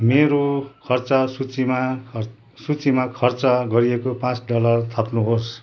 मेरो खर्च सूचीमा खर्च सूचीमा खर्च गरिएको पाँच डलर थप्नुहोस्